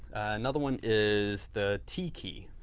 another one is the t key.